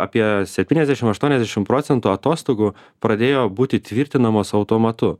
apie septyniasdešim aštuoniasdešim procentų atostogų pradėjo būti tvirtinamos automatu